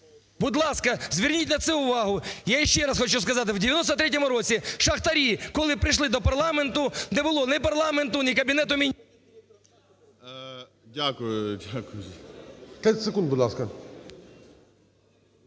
Будь ласка, зверніть на це увагу. Я ще раз хочу сказати, у 1993 році шахтарі, коли прийшли до парламенту, не було ні парламенту, ні Кабінету Міністрів. ГОЛОВУЮЧИЙ. 30 секунд, будь ласка.